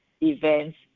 events